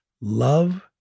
love